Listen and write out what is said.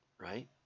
right